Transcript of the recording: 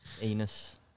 Anus